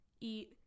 eat